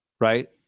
right